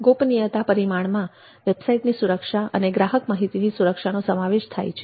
ગોપનીયતા પરિમાણમાં વેબસાઈટની સુરક્ષા અને ગ્રાહક માહિતીની સુરક્ષા નો સમાવેશ થાય છે